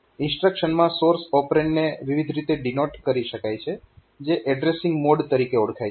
ઇન્સ્ટ્રક્શનમાં source ઓપરેન્ડને વિવિધ રીતે ડિનોટ કરી શકાય છે જે એડ્રેસીંગ મોડ તરીકે ઓળખાય છે